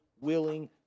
willing